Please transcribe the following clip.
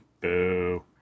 Boo